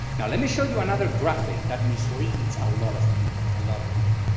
now let me show you another graphic that misleads a lot of people, a lot of people.